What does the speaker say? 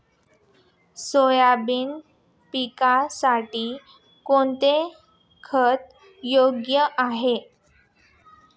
Soybean पिकासाठी कोणते खत योग्य आहे?